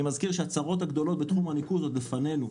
אני מזכיר שהצרות הגדולות בתחום הניקוז עוד לפנינו.